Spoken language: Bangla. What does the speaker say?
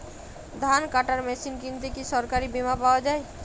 ধান কাটার মেশিন কিনতে কি সরকারী বিমা পাওয়া যায়?